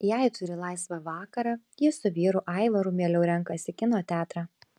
jei turi laisvą vakarą ji su vyru aivaru mieliau renkasi kino teatrą